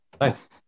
Nice